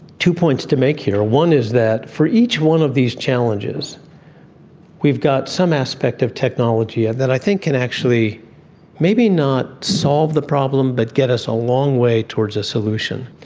two points to make here. one is that for each one of these challenges we've got some aspect of technology and that i think can actually maybe not solve the problem but get us a long way towards a solution.